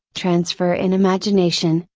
transfer in imagination,